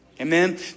Amen